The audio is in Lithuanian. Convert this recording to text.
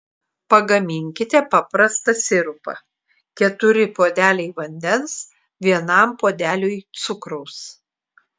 pagaminkite paprastą sirupą keturi puodeliai vandens vienam puodeliui cukraus